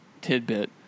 tidbit